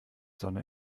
sonne